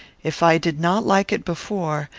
if i did not like it before,